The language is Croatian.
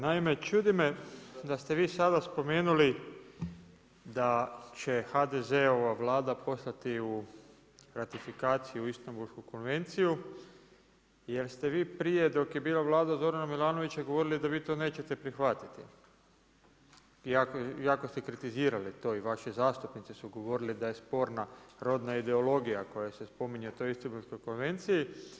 Naime, čudi me da ste vi sada spomenuli da će HDZ ova Vlada poslati u ratifikaciju Istambulsku konvenciju jel ste vi prije dok je bila vlada Zorana Milanovića govorili da vi to nećete prihvatiti i jako ste kritizirali to i vaši zastupnici su govorili da je sporna rodna ideologija koja se spominje u toj Istambulskoj konvenciji.